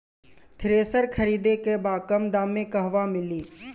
Thresher खरीदे के बा कम दाम में कहवा मिली?